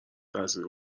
تاثیر